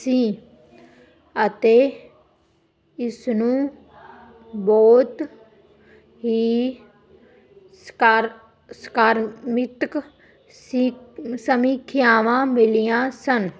ਸੀ ਅਤੇ ਇਸ ਨੂੰ ਬਹੁਤ ਹੀ ਸਕਾਰਾਤਮਕ ਸਮੀਖਿਆਵਾਂ ਮਿਲੀਆਂ ਸਨ